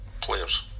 players